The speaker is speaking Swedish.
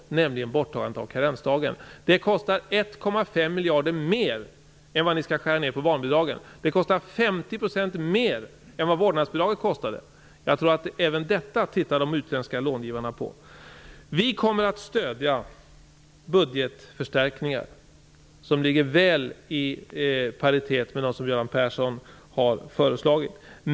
Det gäller borttagandet av karensdagen, vilket kostar 1,5 miljarder mer än vad ni får in genom nedskärningen av barnbidragen. Det kostar 50 % mer än vad vårdnadsbidraget kostade. Jag tror att de utländska långivarna tittar på även detta. Vi kommer att stödja de budgetförstärkningar som ligger väl i paritet med dem som Göran Persson har föreslagit.